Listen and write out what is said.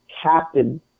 captain